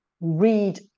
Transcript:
read